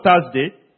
Thursday